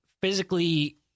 physically